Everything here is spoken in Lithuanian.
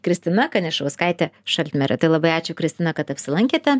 kristina kanišauskaitė šaltmerė tai labai ačiū kristina kad apsilankėte